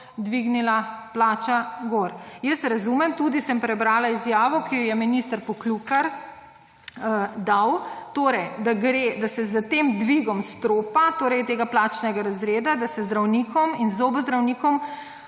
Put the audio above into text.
dvignila plača gor. Jaz razumem, tudi sem prebrala izjavo, ki jo je minister Poklukar dal, torej da gre, da se s tem dvigom stropa, torej tega plačnega razreda, da se zdravnikom in zobozdravnikom